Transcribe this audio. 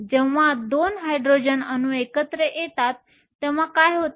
जेव्हा 2 हायड्रोजन अणू एकत्र येतात तेव्हा काय होते